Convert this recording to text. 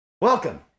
Welcome